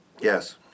yes